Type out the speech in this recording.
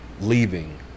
leaving